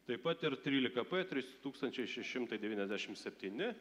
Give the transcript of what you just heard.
taip pat ir trylika p trys tūkstančiai šeši šimtai devyniasdešim septyni